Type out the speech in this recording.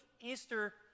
Easter